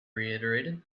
reiterated